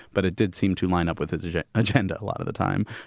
but it did seem to line up with his agenda. a lot of the time,